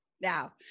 Now